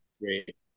great